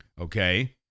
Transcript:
Okay